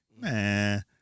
Man